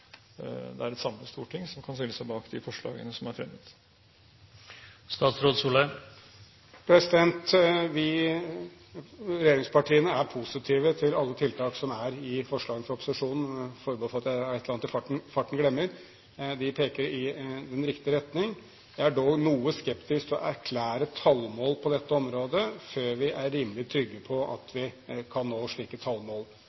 et samlet storting kan stille seg bak de forslagene som er fremmet. Regjeringspartiene er positive til alle tiltak som er i forslagene fra opposisjonen – med forbehold om at det er et eller annet i farten jeg glemmer – de peker i riktig retning. Jeg er dog noe skeptisk til å erklære tallmål på dette området før vi er rimelig trygge på at vi kan nå slike tallmål.